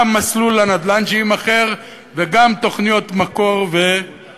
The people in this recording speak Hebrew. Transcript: גם מסלול הנדל"ן שיימכר וגם תוכניות ופעולות